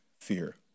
fear